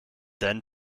then